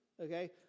okay